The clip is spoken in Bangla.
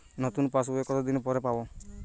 নতুন পাশ বই কত দিন পরে পাবো?